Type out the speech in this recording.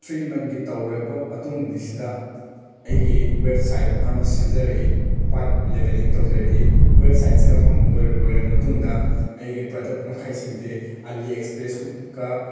three ꯃꯟꯒꯤ ꯇꯧꯔꯕ ꯃꯇꯨꯡꯁꯤꯗ ꯑꯩꯒꯤ ꯋꯦꯞꯁꯥꯏꯠ ꯑꯃ ꯁꯦꯝꯖꯔꯛꯏ ꯋꯥꯏꯠ ꯂꯦꯚꯦꯜꯂꯤꯡ ꯇꯧꯖꯔꯛꯏ ꯋꯦꯞꯁꯥꯏꯠ ꯁꯦꯝꯃꯛꯄ ꯂꯣꯏꯔꯕ ꯃꯇꯨꯡꯗ ꯑꯩꯒꯤ ꯄ꯭ꯔꯗꯛ ꯃꯈꯩꯁꯤꯡꯗꯤ ꯑꯥꯂꯤ ꯑꯦꯛꯁꯄ꯭ꯔꯦꯁꯀ